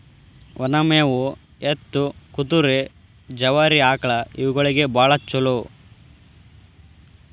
ಒನ ಮೇವು ಎತ್ತು, ಕುದುರೆ, ಜವಾರಿ ಆಕ್ಳಾ ಇವುಗಳಿಗೆ ಬಾಳ ಚುಲೋ